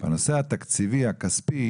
בנושא התקציבי, הכספי